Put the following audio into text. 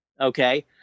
okay